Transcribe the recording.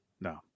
No